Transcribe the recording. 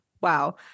wow